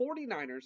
49ers